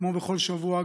כמו בכל שבוע,